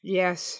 yes